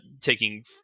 taking